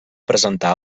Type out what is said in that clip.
presentar